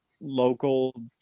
local